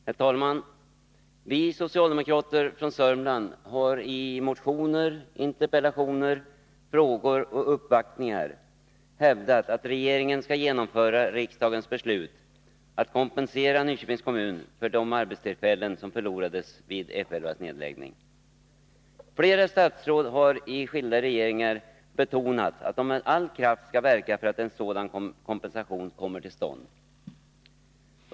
Herr talman! Vi socialdemokrater från Sörmland har i motioner, interpellationer, frågor och uppvaktningar hävdat att regeringen skall genomföra riksdagens beslut att kompensera Nyköpings kommun för de arbetstillfällen som förlorades vid F 11:s nedläggning. Flera statsråd i skilda regeringar har betonat att de med all kraft skall verka för att sådan kompensation kommer till stånd.